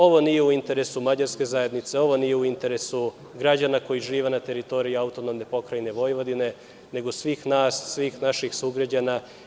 Ovo nije u interesu Mađarske zajednice, ovo nije u interesu građana koji žive na teritoriji AP Vojvodine, nego svih naših sugrađana.